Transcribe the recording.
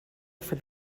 for